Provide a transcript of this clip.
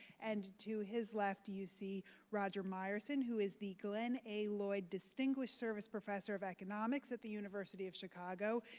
and to his left you see roger myerson who is the glenn a. lloyd distinguished service professor of economics at the university of chicago,